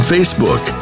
Facebook